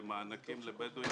למענקים לבדואים,